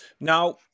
Now